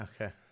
okay